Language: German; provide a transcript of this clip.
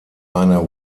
eine